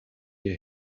you